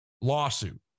lawsuit